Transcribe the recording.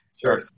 Sure